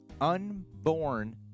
unborn